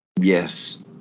Yes